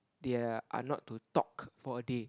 they're are not to talk for a day